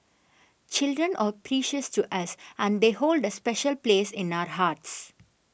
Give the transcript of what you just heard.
children are precious to us and they hold a special place in our hearts